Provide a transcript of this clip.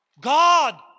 God